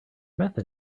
method